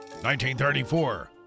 1934